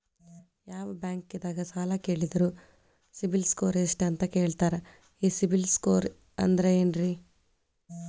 ಯಾವ ಬ್ಯಾಂಕ್ ದಾಗ ಸಾಲ ಕೇಳಿದರು ಸಿಬಿಲ್ ಸ್ಕೋರ್ ಎಷ್ಟು ಅಂತ ಕೇಳತಾರ, ಈ ಸಿಬಿಲ್ ಸ್ಕೋರ್ ಅಂದ್ರೆ ಏನ್ರಿ?